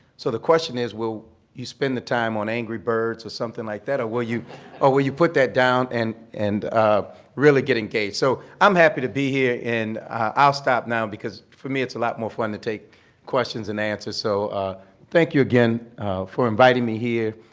so the question is will you spend the time on angry birds or something like that or will you put that down and and really get engaged. so i'm happy to be here and i'll stop now because for me it's a lot more fun to take questions and answers. so thank you again for inviting me here.